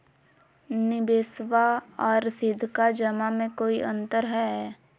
निबेसबा आर सीधका जमा मे कोइ अंतर हय?